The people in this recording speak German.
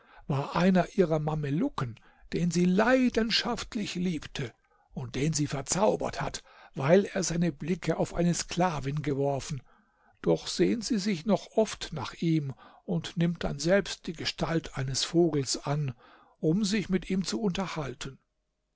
war einer ihrer mamelucken den sie leidenschaftlich liebte und den sie verzaubert hat weil er seine blicke auf eine sklavin geworfen doch sehnt sie sich noch oft nach ihm und nimmt dann selbst die gestalt eines vogels an um sich mit ihm zu unterhalten